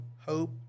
hope